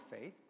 faith